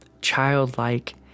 childlike